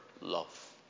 love